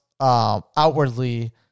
outwardly